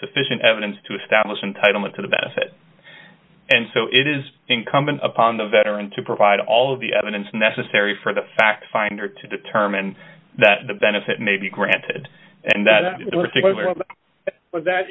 sufficient evidence to establish entitlement to the benefit and so it is incumbent upon the veteran to provide all of the evidence necessary for the fact finder to determine that the benefit may be granted and that